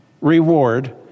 reward